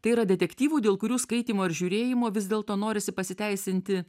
tai yra detektyvų dėl kurių skaitymo ir žiūrėjimo vis dėlto norisi pasiteisinti